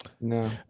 No